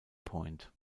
point